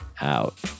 Out